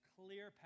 clear